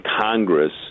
Congress